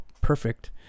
perfect